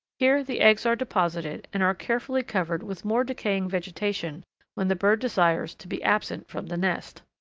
here the eggs are deposited, and are carefully covered with more decaying vegetation when the bird desires to be absent from the nest.